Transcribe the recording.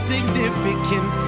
significant